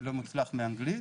לא מוצלח מאנגלית.